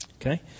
Okay